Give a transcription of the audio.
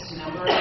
number